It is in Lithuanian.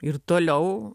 ir toliau